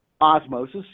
osmosis